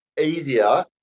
easier